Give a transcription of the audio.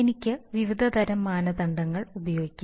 എനിക്ക് വിവിധതരം മാനദണ്ഡങ്ങൾ ഉപയോഗിക്കാം